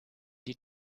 die